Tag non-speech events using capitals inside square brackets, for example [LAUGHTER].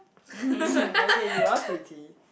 [LAUGHS] okay you are pretty